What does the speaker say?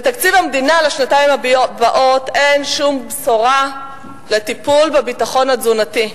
בתקציב המדינה לשנתיים הבאות אין שום בשורה על טיפול בביטחון התזונתי,